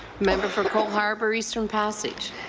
member from cole harbour-eastern passage.